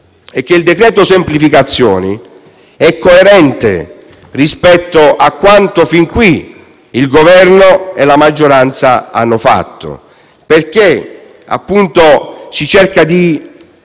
è che il decreto semplificazioni è coerente rispetto a quanto fin qui il Governo e la maggioranza hanno fatto: si cerca di